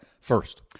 first